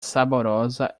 saborosa